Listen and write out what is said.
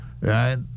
right